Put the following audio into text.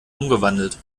umgewandelt